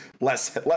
less